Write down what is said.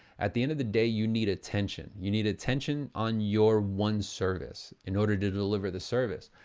at the end of the day, you need attention. you need attention on your one service in order to to deliver the service.